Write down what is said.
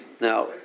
Now